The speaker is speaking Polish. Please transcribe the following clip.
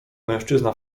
mężczyzna